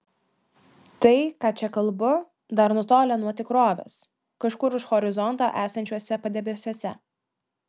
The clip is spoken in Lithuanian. tai ką čia kalbu dar nutolę nuo tikrovės kažkur už horizonto esančiuose padebesiuose